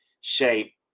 shape